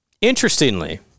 Interestingly